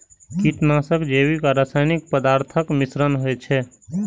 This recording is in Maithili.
कीटनाशक जैविक आ रासायनिक पदार्थक मिश्रण होइ छै